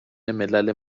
ملل